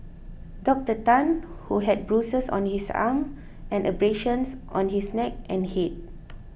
Doctor Tan who had bruises on his arm and abrasions on his neck and head